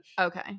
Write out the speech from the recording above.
Okay